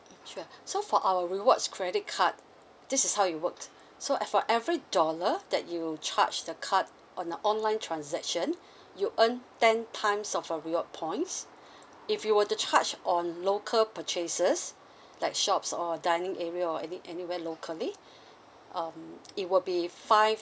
sure so for our rewards credit card this is how it works so as for every dollar that you were charge the card on online transaction you earn ten times of a reward points if you were to charge on local purchases like shops or dining area or any anywhere locally um it will be five